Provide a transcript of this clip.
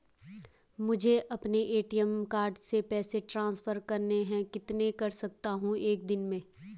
मुझे अपने ATM card से पैसे ट्रांसफर करने हैं कितने कर सकता हूँ एक दिन में?